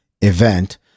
event